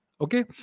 Okay